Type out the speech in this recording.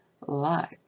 life